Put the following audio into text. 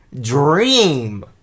dream